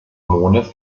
mondes